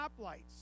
stoplights